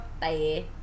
Bye